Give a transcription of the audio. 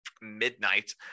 midnight